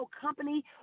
company